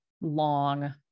long